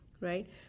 right